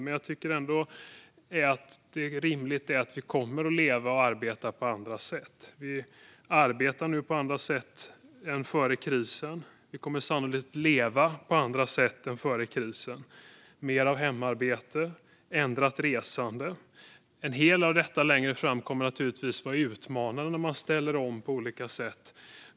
Men det är ändå rimligt att tänka att vi kommer att leva och arbeta på andra sätt. Vi arbetar nu på andra sätt än före krisen. Vi kommer sannolikt att leva på andra sätt än före krisen med mer av hemarbete och ändrat resande. En hel del av detta kommer naturligtvis att vara utmanande längre fram när man ställer om på olika sätt.